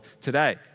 today